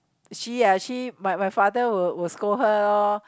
she ah she my my father will will scold her loh